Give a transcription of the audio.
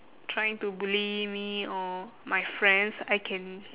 trying to bully me or my friends I can